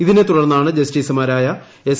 ഇതിനെ തുടർന്നാണ് ജസ്റ്റിസുമാരായ എസ്